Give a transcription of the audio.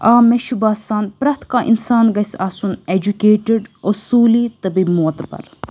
آ مےٚ چھُ باسان پرٛٮ۪تھ کانٛہہ اِنسان گَژھِ آسُن ایٚجُکیٹِڈ اوٚصوٗلی تہٕ بیٚیہِ موتبَر